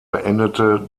beendete